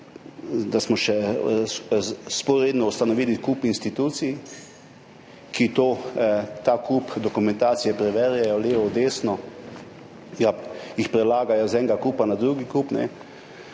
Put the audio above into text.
minister, vzporedno ustanovili kup institucij, ki ta kup dokumentacije preverjajo levo, desno, prelagajo z enega kupa na drugi kup.